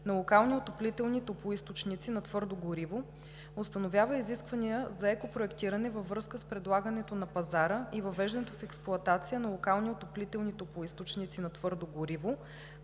на локални отоплителни топлоизточници на твърдо гориво установява изисквания за екопроектиране във връзка с предлагането на пазара и въвеждането в експлоатация на локални отоплителни топлоизточници на твърдо гориво